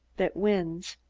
that wins,